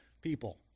people